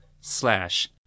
slash